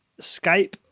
Skype